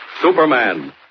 Superman